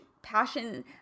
passion